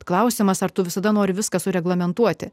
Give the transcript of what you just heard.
klausiamas ar tu visada nori viską sureglamentuoti